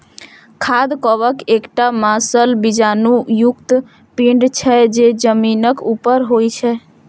खाद्य कवक एकटा मांसल बीजाणु युक्त पिंड छियै, जे जमीनक ऊपर होइ छै